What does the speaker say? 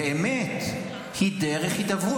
באמת, היא דרך הידברות.